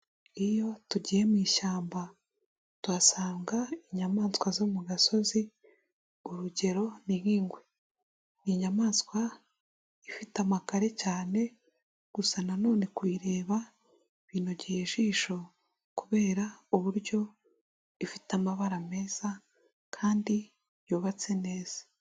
Iyo tugiye mu ishyamba tuhasanga inyamaswa zo mu gasozi urugero ni nk'ingwe, ni inyamaswa ifite amakare cyane gusa nanone kuyireba binogeye ijisho kubera uburyo ifite amabara meza kandi yubatse neza.